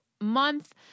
Month